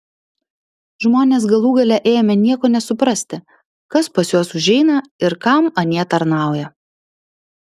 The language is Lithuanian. žmonės galų gale ėmė nieko nesuprasti kas pas juos užeina ir kam anie tarnauja